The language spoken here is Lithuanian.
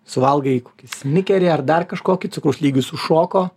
suvalgai kokį snikerį ar dar kažkokį cukraus lygis užšoko